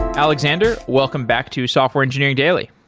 alexandr, welcome back to software engineering daily.